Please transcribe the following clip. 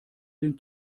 den